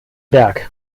berg